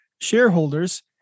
shareholders